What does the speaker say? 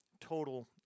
total